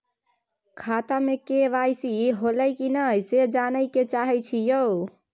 खाता में के.वाई.सी होलै की नय से जानय के चाहेछि यो?